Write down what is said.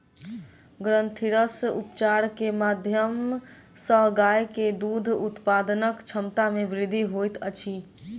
ग्रंथिरस उपचार के माध्यम सॅ गाय के दूध उत्पादनक क्षमता में वृद्धि होइत अछि